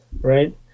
right